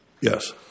Yes